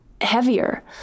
heavier